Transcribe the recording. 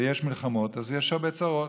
ויש מלחמות, אז יש הרבה צרות.